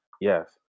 Yes